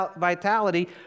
vitality